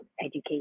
education